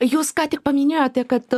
jūs ką tik paminėjote kad